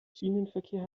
schienenverkehr